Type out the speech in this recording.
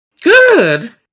Good